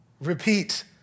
Repeat